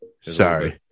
Sorry